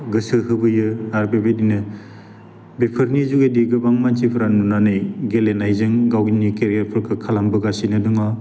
गोसो होबोयो आरो बेबायदिनो बेफोरनि जिबायदि गोबां मानसिफोरा नुनानै गेलेनायजों गावनि केरियारफोरखौ खालामबोगासिनो दङ